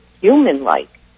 human-like